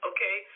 Okay